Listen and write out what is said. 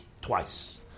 twice